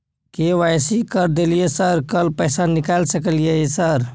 KYC कर दलियै sir कल पैसा निकाल सकलियै सर?